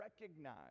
recognize